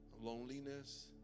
loneliness